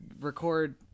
record